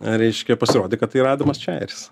reiškia pasirodė kad tai yra adamas čiajeris